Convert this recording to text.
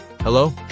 Hello